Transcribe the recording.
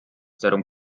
darum